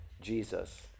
Jesus